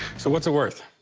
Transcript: so what's it worth?